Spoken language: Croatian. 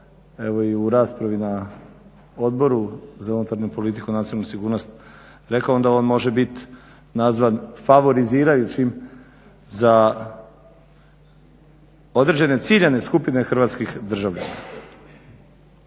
evo i u raspravi na Odboru za unutarnju politiku i nacionalnu sigurnost rekao, onda on može biti nazvan favorizirajućim za određene ciljane skupine hrvatskih državljana.